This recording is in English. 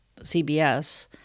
CBS